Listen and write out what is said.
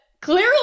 Clearly